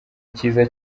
cyiza